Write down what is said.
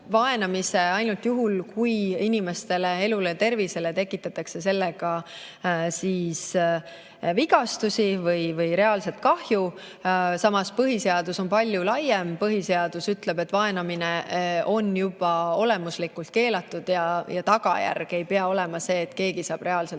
ainult juhul, kui inimeste elule ja tervisele tekitatakse sellega vigastusi või reaalset kahju. Samas, põhiseadus on palju laiem. Põhiseadus ütleb, et vaenamine on juba olemuslikult keelatud ja tagajärg ei pea olema see, et keegi saab reaalselt